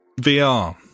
VR